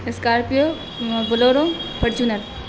scorpio bolero Fortuner